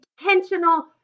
intentional